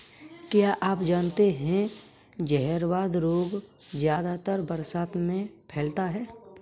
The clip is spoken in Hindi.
क्या आप जानते है जहरवाद रोग ज्यादातर बरसात में फैलता है?